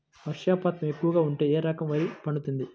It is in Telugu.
వర్షపాతం ఎక్కువగా ఉంటే ఏ రకం వరి పండుతుంది?